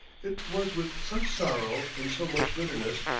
it was with such sorrow and so much bitterness,